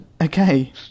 Okay